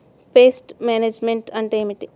Pest management అంటే ఏమిటి?